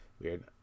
Weird